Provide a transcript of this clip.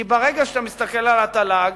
כי ברגע שאתה מסתכל על התל"ג,